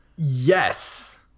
Yes